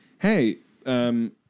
Hey